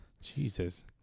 Jesus